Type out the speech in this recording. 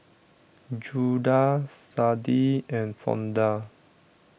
Judah Sade and Fonda